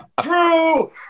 true